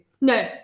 No